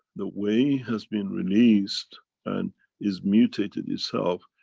the way has been released and is mutated itself,